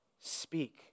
speak